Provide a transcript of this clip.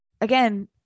again